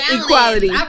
equality